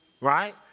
Right